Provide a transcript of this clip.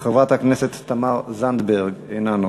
חבר הכנסת טלב אבו